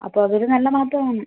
അപ്പോൾ അതൊരു നല്ല മാറ്റം ആണ്